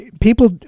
people